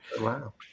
Wow